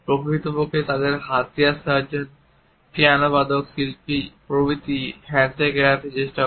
প্রকৃতপক্ষে তাদের হাতিয়ার সার্জন পিয়ানো বাদক শিল্পী প্রভৃতি হ্যান্ডশেক এড়াতে চেষ্টা করে